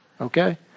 okay